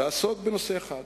לעסוק בנושא אחד,